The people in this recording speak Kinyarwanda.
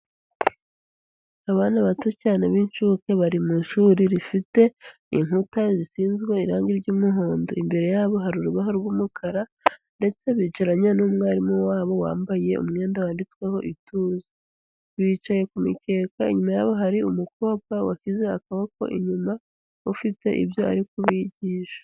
Abana bato cyane b'incuke bari mu ishuri rifite inkuta zisizwe irangi ry'umuhondo imbere yabo hari urubaho rw'umukara ndetse bicaranye n'umwarimu wabo wambaye umwenda wanditsweho ituze. Bicaye ku mikeka, inyuma yabo hari umukobwa washyize akaboko inyuma ufite ibyo ari kubigisha.